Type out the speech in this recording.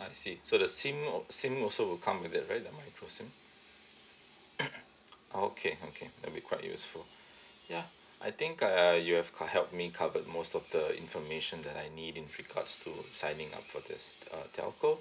I see so the SIM al~ SIM also will come with it right the micro SIM okay okay that will be quite useful ya I think uh you have got help me covered most of the information that I need in regards to signing up for this uh telco